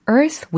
Earth